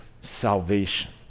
salvation